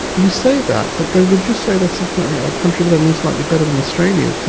you say that but then would you say that something, a country that i know slightly better than australia, because